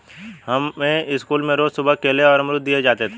हमें स्कूल में रोज सुबह केले और अमरुद दिए जाते थे